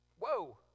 Whoa